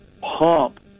pump